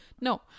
no